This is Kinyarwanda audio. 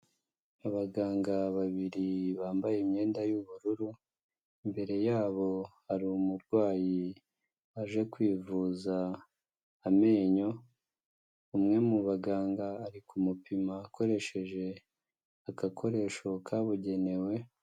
Abaganga babiri bambaye imyenda y'ubururu imbere yabo hari umurwayi waje kwivuza amenyo umwe mu baganga ari kumupima akoresheje agakoresho kabugenewe.